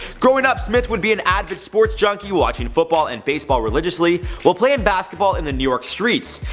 growing up smith would be an avid sports junkie, watching football and baseball religiously, while playing basketball in the new york streets.